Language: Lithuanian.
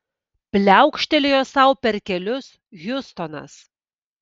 pliaukštelėjo sau per kelius hiustonas